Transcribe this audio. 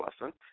lesson